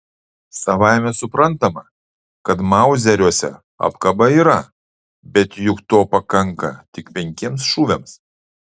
savaime suprantama kad mauzeriuose apkaba yra bet juk to pakanka tik penkiems šūviams